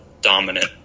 dominant